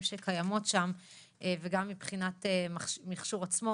שקיימות שם וגם מבחינת המכשור עצמו.